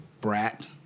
Brat